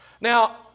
Now